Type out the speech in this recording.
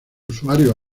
usuarios